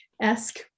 Esque